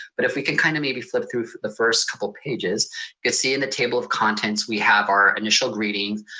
but if we can kind of maybe flip through the first couple pages you could see in the table of contents, we have our initial greetings.